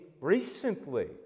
recently